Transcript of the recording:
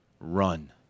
run